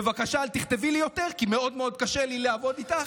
בבקשה אל תכתבי לי יותר כי מאוד מאוד קשה לי לעבוד איתך,